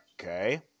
Okay